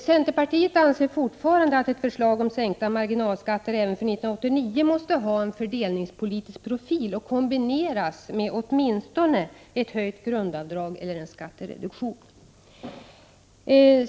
Centerpartiet anser fortfarande att ett förslag om sänkta marginalskatter även för 1989 måste ha en fördelningspolitisk profil och kombineras med åtminstone ett höjt grundavdrag eller en skattereduktion.